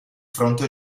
fronte